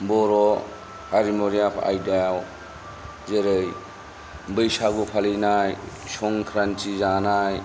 बर' हारिमुवारि आयदायाव जेरै बैसागु फालिनाय संक्रान्ति जानाय